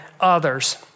others